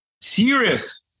serious